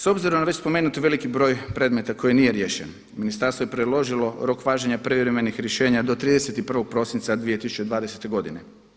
S obzirom na već spomenuti veliki broj predmeta koji nije riješen, ministarstvo je predložilo rok važenja privremenih rješenja do 31. prosinca 2020. godine.